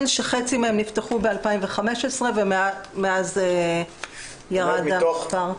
שחצי מהם נפתחו ב-2015 ומאז ירד המספר.